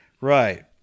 right